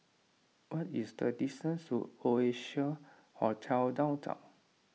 what is the distance to Oasia Hotel Downtown